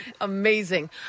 Amazing